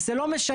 זה לא משנה,